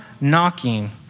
knocking